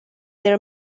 their